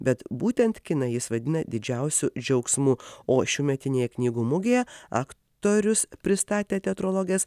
bet būtent kiną jis vadina didžiausiu džiaugsmu o šiųmetinėje knygų mugėje aktorius pristatė teatrologės